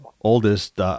oldest